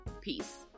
Peace